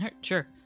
sure